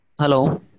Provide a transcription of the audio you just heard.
Hello